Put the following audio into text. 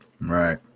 Right